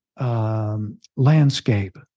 landscape